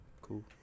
cool